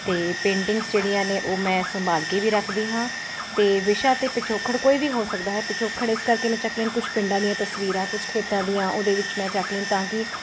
ਅਤੇ ਪੇਂਟਿੰਗਸ ਜਿਹੜੀਆਂ ਨੇ ਉਹ ਮੈਂ ਸੰਭਾਲ ਕੇ ਵੀ ਰੱਖਦੀ ਹਾਂ ਅਤੇ ਵਿਸ਼ਾ ਅਤੇ ਪਿਛੋਕੜ ਕੋਈ ਵੀ ਹੋ ਸਕਦਾ ਹੈ ਪਿਛੋਕੜ ਇਸ ਕਰਕੇ ਮੈਂ ਚੈਕਲੇਨ ਕੁਝ ਪਿੰਡਾਂ ਦੀਆਂ ਤਸਵੀਰਾਂ ਕੁਝ ਖੇਤਾਂ ਦੀਆਂ ਉਹਦੇ ਵਿੱਚ ਮੈਂ ਚੱਕ ਲੈਣ ਤਾਂ ਕਿ